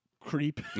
creep